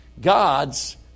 God's